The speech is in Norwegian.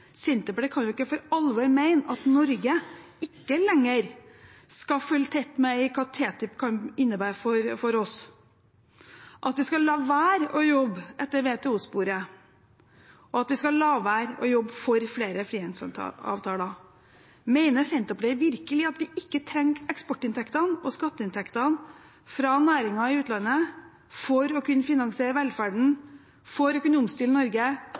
Senterpartiet kan ikke for alvor mene at Norge ikke lenger skal følge tett med på hva TTIP kan innebære for oss, at vi skal la være å jobbe etter WTO-sporet, og at vi skal la være å jobbe for flere frihandelsavtaler. Mener Senterpartiet virkelig at vi ikke trenger eksportinntektene og skatteinntektene fra næringer i utlandet for å kunne finansiere velferden, for å kunne omstille Norge,